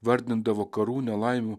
vardindavo karų nelaimių